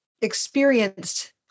experienced